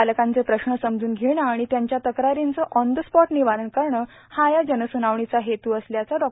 बालकांचे प्रश्न समजून घेणं आणि त्यांच्या तक्रारींचं ऑन द स्पॉट निवारण करणं हा या जनस्नावणीचा हेत् असल्याचं डॉ